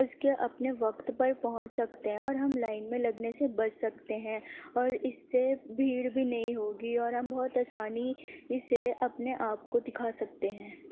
اس کے اپنے وقت پر پہنچ سکتے ہیں اور ہم لائن میں لگنے سے بچ سکتے ہیں اور اس سے بھیڑ بھی نہیں ہوگی اور ہم بہت آسانی سے اپنے آپ کو دکھا سکتے ہیں